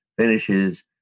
finishes